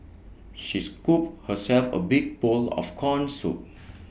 she scooped herself A big bowl of Corn Soup